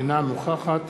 אינה נוכחת